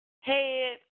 Head